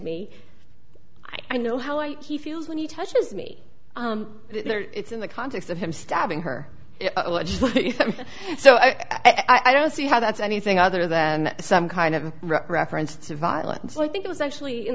me i know how i he feels when he touches me it's in the context of him stabbing her alleged so i don't see how that's anything other than some kind of a reference to violence so i think it was actually in